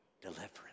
deliverance